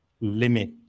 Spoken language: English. limit